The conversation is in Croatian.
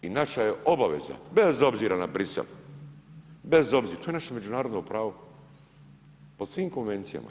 I naša je obaveza, bez obzira na Brisel, bez obzira, to je nešto međunarodno pravo, po svim konvencija.